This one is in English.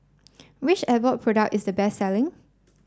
which Abbott product is the best selling